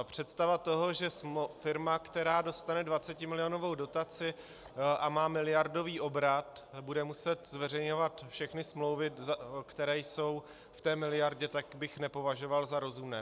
Představa toho, že firma, která dostane dvacetimilionovou dotaci a má miliardový obrat, bude muset zveřejňovat všechny smlouvy, které jsou v té miliardě, to bych nepovažoval za rozumné.